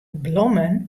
blommen